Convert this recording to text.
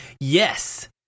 yes